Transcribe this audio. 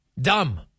Dumb